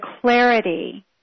clarity